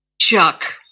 Chuck